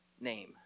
name